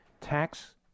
Tax